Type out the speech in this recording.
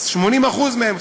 80% מהם,